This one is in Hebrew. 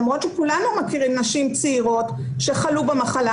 למרות שכולנו מכירים נשים צעירות שחלו במחלה,